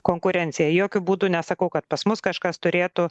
konkurenciją jokiu būdu nesakau kad pas mus kažkas turėtų